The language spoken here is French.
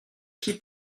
qui